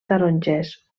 tarongers